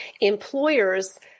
employers